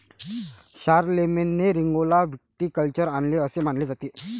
शारलेमेनने रिंगौला व्हिटिकल्चर आणले असे मानले जाते